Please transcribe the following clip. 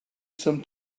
some